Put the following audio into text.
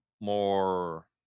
more